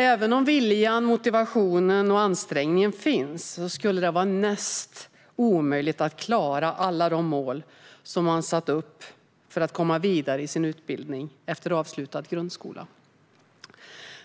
Även om viljan, motivationen och ansträngningen finns skulle det var näst intill omöjligt att klara alla de mål som man satt upp för att komma vidare i sin utbildning efter avslutad grundskola.